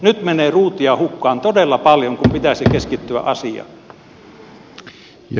nyt menee ruutia hukkaan todella paljon kun pitäisi keskittyä asiaan